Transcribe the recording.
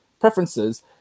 preferences